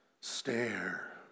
stare